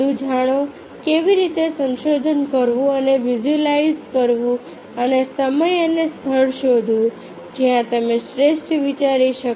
વધુ જાણો કેવી રીતે સંશોધન કરવું અને વિઝ્યુઅલાઈઝ કરવું અને સમય અને સ્થળ શોધવું જ્યાં તમે શ્રેષ્ઠ વિચારી શકો